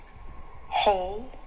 whole